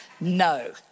No